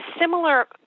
similar